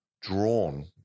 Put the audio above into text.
drawn